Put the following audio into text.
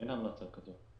אין המלצה כזאת.